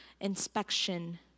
inspection